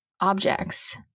objects